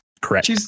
Correct